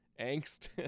angst